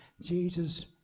Jesus